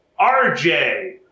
RJ